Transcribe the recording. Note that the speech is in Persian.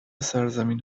سرزمین